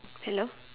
hello